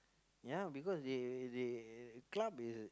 ya because they they club is